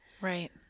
Right